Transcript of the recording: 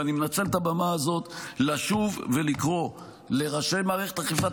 ואני מנצל את הבמה הזאת לשוב ולקרוא לראשי מערכת אכיפת